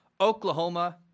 Oklahoma